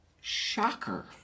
Shocker